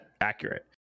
accurate